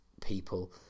people